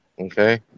okay